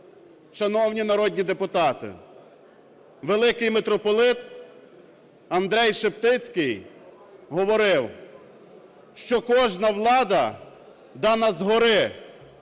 шановні народні депутати, великий Митрополит Андрей Шептицький говорив, що кожна влада дана згори,